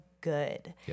good